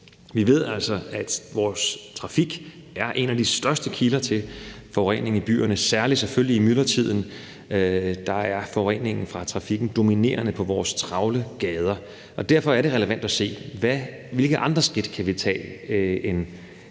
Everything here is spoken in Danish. Vi ved altså, at trafikken er en af de største kilder til forurening i byerne, selvfølgelig særlig i myldretiden, hvor forureningen fra trafikken er dominerende på vores travle gader, og derfor er det relevant at se på, hvilke andre skridt end